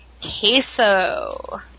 queso